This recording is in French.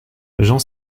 j’en